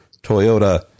Toyota